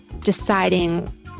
deciding